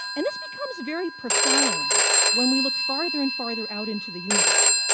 and this becomes very profound when we look farther and farther out into the universe,